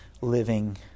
living